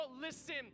listen